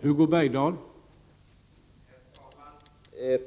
Herr talman!